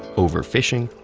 overfishing,